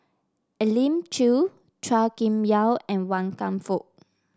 Elim Chew Chua Kim Yeow and Wan Kam Fook